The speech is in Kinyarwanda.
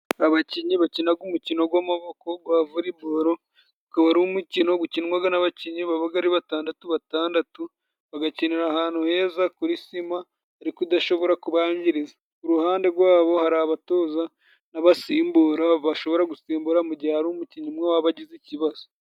Abakinyi bakinaga umukino gw'amaboko gwa Volebolo, gukaba ari umukino gukinwaga n'abakinnyi babaga ari batandatu batandatu, bagakinira ahantu heza kuri sima, ariko idashobora kubangiriza. Iruhande gwabo hari abatoza n'abasimbura, bashobora gusimbura mu gihe hari umukinyi umwe waba agize ikibazo.